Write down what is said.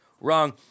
Wrong